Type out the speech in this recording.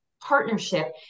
partnership